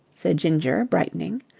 said ginger brightening,